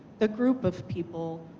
the group of people,